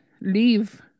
leave